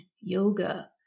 yoga